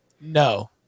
No